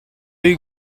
you